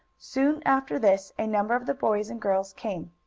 soon after this a number of the boys and girls came.